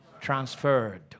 Transferred